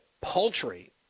paltry